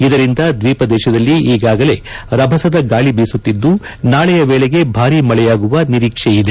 ಇದರಿಂದ ದ್ವೀಪದೇಶದಲ್ಲಿ ಈಗಾಗಲೇ ರಭಸದ ಗಾಳಿ ಬೀಸುತ್ತಿದ್ದು ನಾಲೆಯ ವೇಳಗೆ ಭಾರಿ ಮಳೆಯಾಗುವ ನಿರೀಕ್ಷದ ಇದೆ